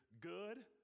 good